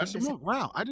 Wow